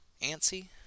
Antsy